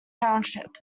township